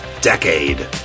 decade